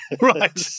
right